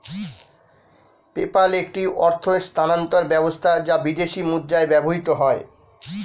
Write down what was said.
PayPal একটি অর্থ স্থানান্তর ব্যবস্থা যা বিদেশী মুদ্রায় ব্যবহৃত হয়